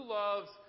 loves